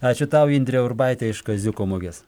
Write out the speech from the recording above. ačiū tau indrė urbaitė iš kaziuko mugės